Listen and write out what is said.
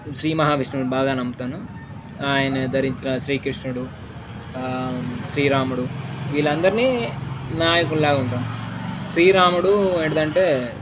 శ్రీ మహావిష్ణువుని బాగా నమ్ముతాను ఆయన ధరించిన శ్రీకృష్ణుడు శ్రీరాముడు వీళ్ళందరినీ నాయకులాగా ఉంటాను శ్రీరాముడు ఏంటంటే